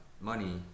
money